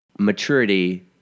maturity